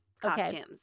costumes